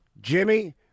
Jimmy